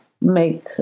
make